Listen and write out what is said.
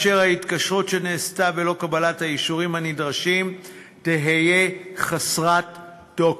התקשרות שנעשתה בלא קבלת האישורים הנדרשים תהיה חסרת תוקף.